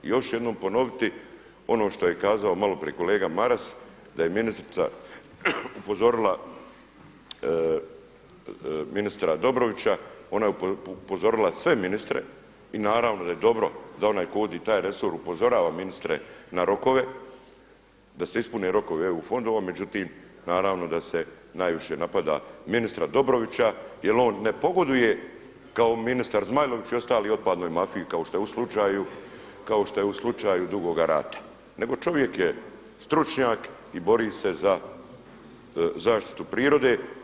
I još ću jednom ponoviti ono što je kazao malo prije kolega Maras, da je ministrica upozorila ministra Dobrovića ona je upozorila sve ministre i naravno da je dobro da onaj tko vodi taj resor upozorava ministre na rokove, da se ispune rokovi eu fondova, međutim naravno da se najviše napada ministra Dobrovića jer on ne pogoduje kao ministar Zmajlović i ostaloj otpadnoj mafiji kao što je u slučaju Dugoga Rata, nego čovjek je stručnjak i bori se za zaštitu prirode.